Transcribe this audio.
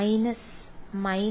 വിദ്യാർത്ഥി മൈനസ്